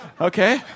Okay